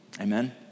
Amen